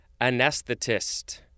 anesthetist